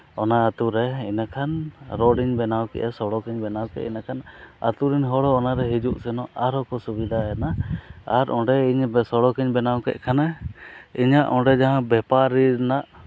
ᱚᱱᱟ ᱟᱹᱛᱩ ᱨᱮ ᱤᱱᱟᱹ ᱠᱷᱟᱱ ᱨᱳᱰᱤᱧ ᱵᱮᱱᱟᱣ ᱠᱮᱜᱼᱟ ᱥᱚᱲᱚᱠᱤᱧ ᱵᱮᱱᱟᱣ ᱠᱮᱫᱼᱟ ᱤᱱᱟᱹᱠᱷᱟᱱ ᱟᱹᱛᱩ ᱨᱤᱱ ᱦᱚᱲ ᱦᱚᱸ ᱚᱱᱟ ᱨᱮ ᱦᱤᱡᱩᱜ ᱥᱮᱱᱚᱜ ᱟᱨᱦᱚᱸ ᱠᱚ ᱥᱩᱵᱤᱫᱟᱭᱮᱱᱟ ᱟᱨ ᱚᱸᱰᱮ ᱤᱧᱤᱧ ᱥᱚᱲᱚᱠᱤᱧ ᱵᱮᱱᱟᱣ ᱠᱮᱫ ᱠᱷᱟᱱᱮ ᱤᱧᱟᱹᱜ ᱚᱸᱰᱮ ᱡᱟᱦᱟᱸ ᱵᱮᱯᱟᱨᱤ ᱨᱮᱱᱟᱜ